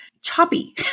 choppy